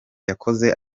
yakoze